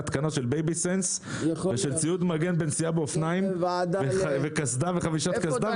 התקנת בייבי-סנס ושל ציוד מגן בנסיעה באופניים וחבישת קסדה.